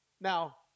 Now